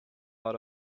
out